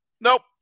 nope